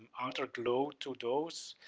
outer glow to those,